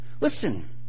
Listen